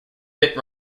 bit